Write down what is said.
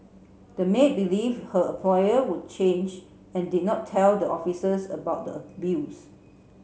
the maid believe her employer would change and did not tell the officers about the abuse